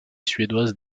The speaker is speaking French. suédoise